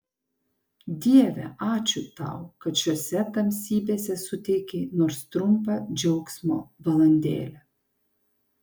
dieve ačiū tau kad šiose tamsybėse suteikei nors trumpą džiaugsmo valandėlę